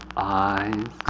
eyes